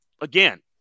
again